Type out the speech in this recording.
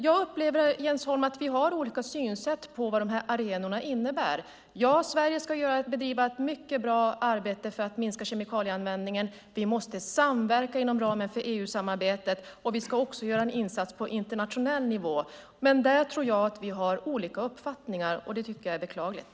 Jag upplever, Jens Holm, att vi har olika synsätt på vad dessa arenor innebär. Ja, Sverige ska bedriva ett mycket bra arbete för att minska kemikalieanvändningen. Vi måste samverka inom ramen för EU-samarbetet, och vi ska också göra en insats på internationell nivå. Men där tror jag alltså att vi har olika uppfattningar. Jag tycker att det är beklagligt.